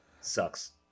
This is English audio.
Sucks